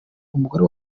umugore